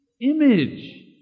Image